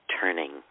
turning